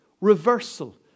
reversal